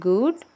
Good